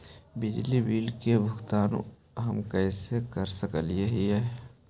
बिजली बिल के भुगतान हम कैसे कर सक हिय?